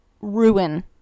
ruin